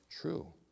true